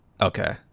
okay